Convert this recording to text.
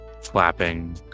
flapping